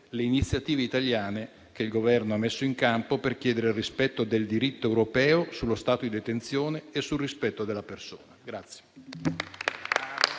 le iniziative italiane che il Governo ha messo in campo per chiedere il rispetto del diritto europeo sullo stato di detenzione e sul rispetto della persona.